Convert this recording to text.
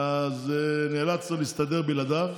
אז נאלצנו להסתדר בלעדיו.